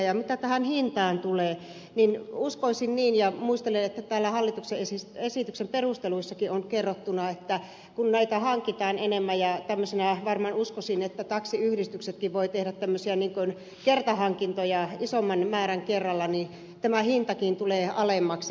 mitä tähän hintaan tulee niin uskoisin niin ja muistelen että täällä hallituksen esityksen perusteluissakin on kerrottuna että kun näitä hankitaan enemmän ja varmaan uskoisin että taksiyhdistyksetkin voivat tehdä tämmöisiä kertahankintoja isomman määrän kerralla niin tämä hintakin tulee alemmaksi